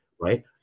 right